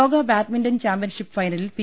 ലോക badminton championship ഫൈനലിൽ P